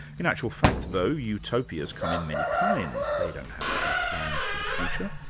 in actual fact though utopias come in many kinds, they don't have to be plans for the future,